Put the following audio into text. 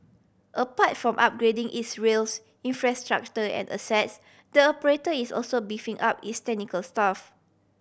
apart from upgrading its rails infrastructure and assets the operator is also beefing up its technical staff